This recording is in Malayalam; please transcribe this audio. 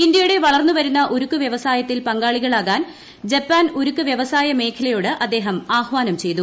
ഇന്ത്യയുടെ വളർന്നുവരുന്ന ഉരുക്ക് വൃവസായത്തിൽ പങ്കാളികളാകാൻ ജപ്പാൻ ഉരുക്ക് വ്യവസായമേഖലയോട് അദ്ദേഹം ആഹ്വാനം ചെയ്തു